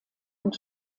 und